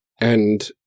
and-